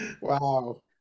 Wow